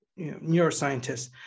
neuroscientists